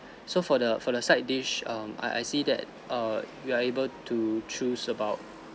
so for the for the side dish um I I see that err we are able to choose about